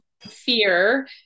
fear